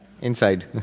inside